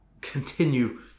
Continue